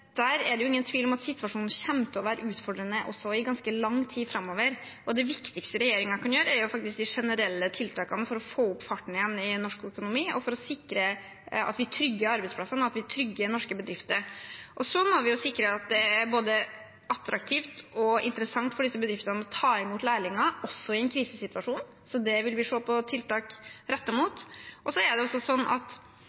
er det ingen tvil om at situasjonen kommer til å være utfordrende i ganske lang tid framover. Det viktigste regjeringen kan gjøre, er de generelle tiltakene for å få opp farten igjen i norsk økonomi, og for å sikre at vi trygger arbeidsplassene og norske bedrifter. Vi må sikre at det er både attraktivt og interessant for disse bedriftene å ta imot lærlinger også i en krisesituasjon, så vi vil se på tiltak